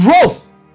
growth